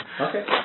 Okay